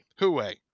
Huawei